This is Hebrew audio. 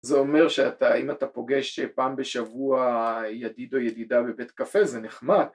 זה אומר שאתה... אם אתה פוגש פעם בשבוע ידיד או ידידה בבית קפה זה נחמד